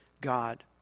God